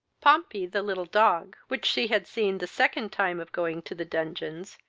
pompey, the little dog, which she had seen the second time of going to the dungeons,